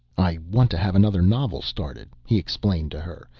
i want to have another novel started, he explained to her,